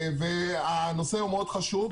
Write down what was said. והנושא הוא מאוד חשוב.